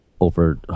over